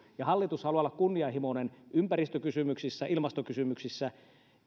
ja hallitus haluaa olla kunnianhimoinen ympäristökysymyksissä ja ilmastokysymyksissä